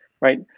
right